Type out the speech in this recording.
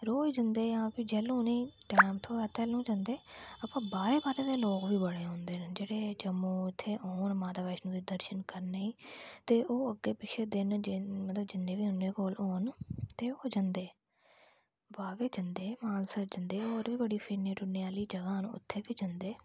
रोज जंदे जां फ्ही जैल्लूं उनेंगी टैम थ्होऐ तैलूं जंदे अवा बाहरें बाहरें दे लोग बी बड़े आंदे नै जेड़े जम्मू इत्थो औन मतलब माता वैष्णो दे दर्शन करने गी ते ओह् अग्गे पिच्छे देन मतलब जिन्ने बी उंदे कोल होन ते ओह् जंदे बावे जंदे मानसर जंदे होर बी बड़ियां फिरने टुरने आह्लियां जगह न उत्थै बी जंदे